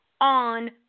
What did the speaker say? on